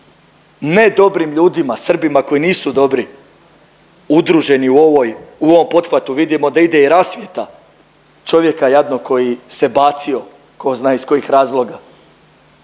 ne dobrim ljudima, Srbima koji nisu dobri, udruženi u ovoj, u ovom pothvatu vidimo da ide i rasvjeta čovjeka jadnog koji se bacio tko zna iz kojih razloga.